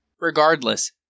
Regardless